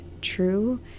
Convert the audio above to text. true